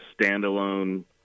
standalone